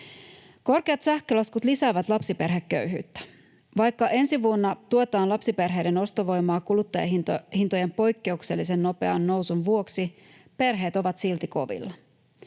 Korkeat sähkölaskut lisäävät lapsiperheköyhyyttä. Vaikka ensi vuonna tuetaan lapsiperheiden ostovoimaa kuluttajahintojen poikkeuksellisen nopean nousun vuoksi, perheet ovat silti kovilla.